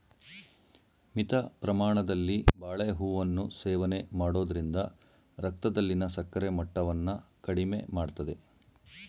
ಮಿತ ಪ್ರಮಾಣದಲ್ಲಿ ಬಾಳೆಹೂವನ್ನು ಸೇವನೆ ಮಾಡೋದ್ರಿಂದ ರಕ್ತದಲ್ಲಿನ ಸಕ್ಕರೆ ಮಟ್ಟವನ್ನ ಕಡಿಮೆ ಮಾಡ್ತದೆ